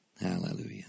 hallelujah